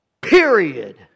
period